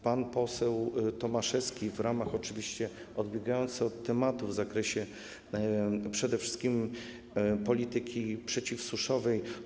Pan poseł Tomaszewski zadał pytanie, odbiegając od tematu, w zakresie przede wszystkim polityki przeciwsuszowej.